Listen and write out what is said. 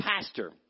pastor